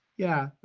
yeah,